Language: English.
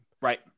Right